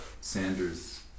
Sanders